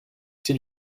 c’est